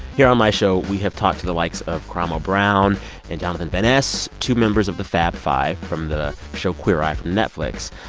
here on my show, we have talked to the likes of karamo brown and jonathan van ness, two members of the fab five from the show queer eye for netflix.